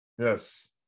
yes